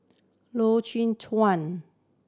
Loy Chye Chuan